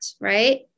Right